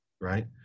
right